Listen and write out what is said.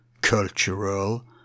cultural